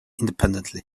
independently